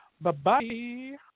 Bye-bye